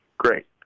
Great